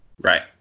Right